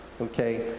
Okay